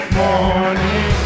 morning